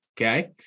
okay